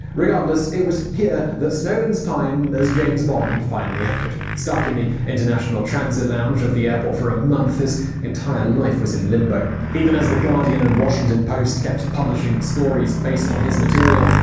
regardless, it was here that snowden's time as james bond finally ended. stuck in the international transit lounge of the airport for a month, his entire life was placed in limbo. even as the guardian and washington post kept publishing stories based on his material,